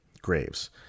Graves